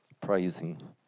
praising